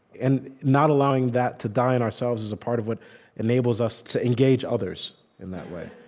and not allowing that to die in ourselves is a part of what enables us to engage others in that way,